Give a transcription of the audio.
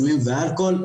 סמים ואלכוהול.